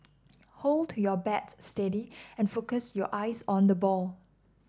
hold your bat steady and focus your eyes on the ball